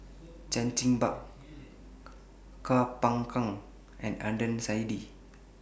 Chan Chin Bock Koh Poh Koon and Adnan Saidi